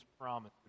promise